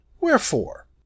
Wherefore